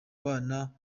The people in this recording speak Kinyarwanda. bana